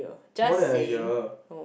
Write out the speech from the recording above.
more than a year